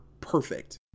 perfect